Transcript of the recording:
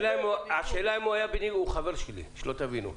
הוא חבר שלי, שלא תבינו.